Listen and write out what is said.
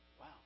Wow